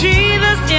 Jesus